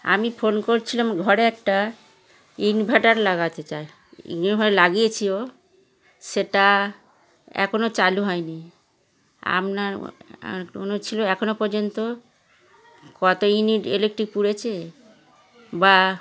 আমি ফোন করছিলাম ঘরে একটা ইনভার্টার লাগাতে চাই ইনভার্টার লাগিয়েছিও সেটা এখনো চালু হয়নি আপনার একটুখানি ছিল এখনো পর্যন্ত কত ইউনিট ইলেকট্রিক পুড়েছে বা